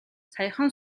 саяхан